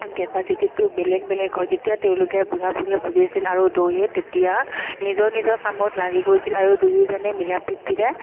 কেপাচিটিটো বেলেগ বেলেগ হয় তেতিয়া তেওঁলোকে বুঢ়া বুঢ়ীয়ে বুজিছিল আৰু দুয়োয়ে তেতিয়া নিজৰ নিজৰ কামত লাগি গৈছিল আৰু দুয়োজনে মিলাপ্ৰীতিৰে